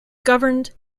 governed